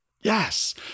Yes